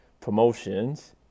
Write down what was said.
promotions